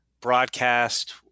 broadcast